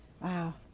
wow